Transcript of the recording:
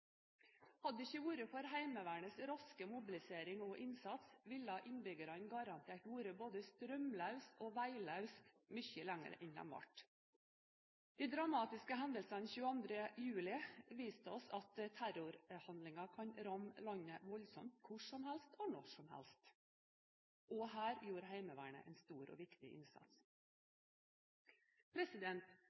Hadde det ikke vært for Heimevernets raske mobilisering og innsats, ville innbyggerne garantert vært både strømløse og veiløse mye lenger enn det de ble. De dramatiske hendelsene 22. juli viste oss at terrorhandlinger kan ramme landet voldsomt, hvor som helst og når som helst. Her gjorde også Heimevernet en stor og viktig